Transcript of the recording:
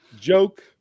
joke